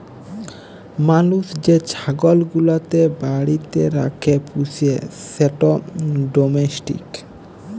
মালুস যে ছাগল গুলাকে বাড়িতে রাখ্যে পুষে সেট ডোমেস্টিক